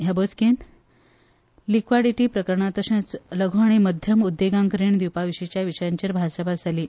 ह्या बसकेंत लिक्वाडीटी प्रकरणां तशेंच लघ् आनी मध्यम उद्देगांक रीण दिवपा विशीच्या विशयांचेर भासाभास जाली